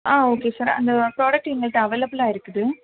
ஆ okay sir அந்த product எங்கள்கிட்ட அவைலபுளாக இருக்குது